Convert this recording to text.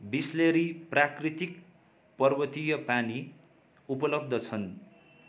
बिसलेरी प्राकृतिक पर्वतीय पानी उपलब्ध छन्